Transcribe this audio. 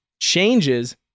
changes